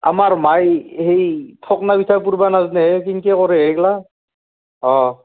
আমাৰ মায়ে সেই ফকনা পিঠা পুৰিবা নাজানেহে কেনকৈ কৰে সেইবিলাক অঁ